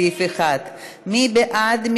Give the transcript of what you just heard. לסעיף 1. מי בעד?